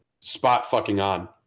spot-fucking-on